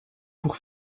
pour